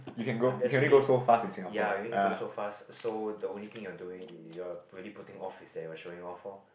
!huh! that's really ya you only can go so fast so the only thing you are doing is your already putting off is that you are showing off for